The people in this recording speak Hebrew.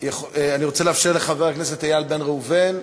אני רוצה לאפשר לחבר הכנסת איל בן ראובן,